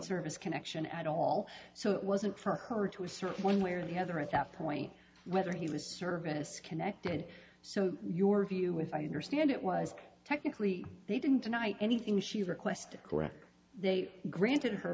service connection at all so it wasn't for her to assert one way or the other at that point whether he was service connected so your view with i understand it was technically they didn't deny anything she requested correct they granted her